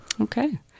Okay